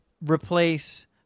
replace